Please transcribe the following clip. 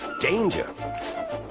danger